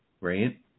right